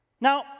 Now